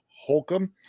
Holcomb